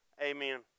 amen